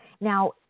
Now